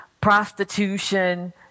prostitution